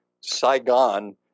Saigon